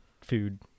food